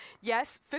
Yes